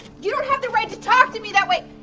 you don't have the right to talk to me that way.